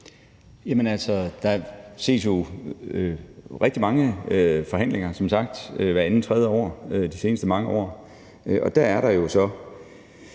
der er jo set rigtig mange forhandlinger, som sagt hvert andet-tredje år de seneste mange år.